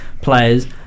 players